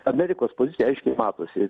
amerikos pozicija aiškiai matosi